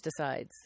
pesticides